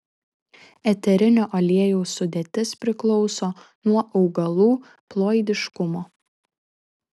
eterinio aliejaus sudėtis priklauso nuo augalų ploidiškumo